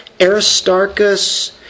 Aristarchus